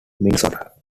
minnesota